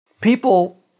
people